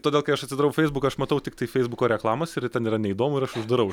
tada kai aš atidarau feisbuką aš matau tiktai fesibuko reklamas ir ten yra neįdomu ir aš uždarau